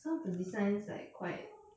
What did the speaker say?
some of the design is like quite